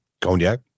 cognac